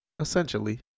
Essentially